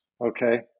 Okay